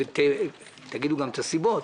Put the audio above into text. תגידו גם את הסיבות,